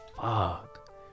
Fuck